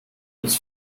ins